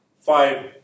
five